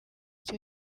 icyo